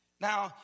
Now